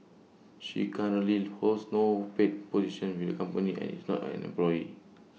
she currently holds no paid position with the company and is not an employee